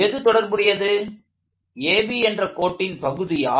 எது தொடர்புடையது AB என்ற கோட்டின் பகுதியா